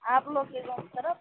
आप लोग के गाँव तरफ